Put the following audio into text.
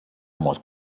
mod